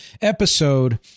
episode